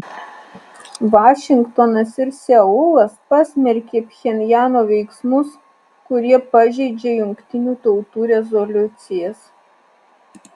vašingtonas ir seulas pasmerkė pchenjano veiksmus kurie pažeidžia jungtinių tautų rezoliucijas